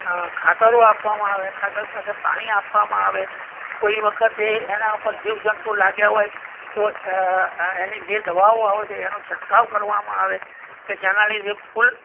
ખાતરો આપવામાં આવે ખાતર સાથે પાણી આપવામાં આવે કોઈ વખતે એનાં ઉપર જીવજંતુ લાગ્યાં હોય તો એની જે દવાઓ આવે છે એનો છંટકાવ કરવામાં આવે કે જેના લીધે ફૂલ